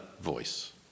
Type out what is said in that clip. voice